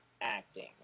acting